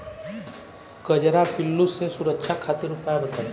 कजरा पिल्लू से सुरक्षा खातिर उपाय बताई?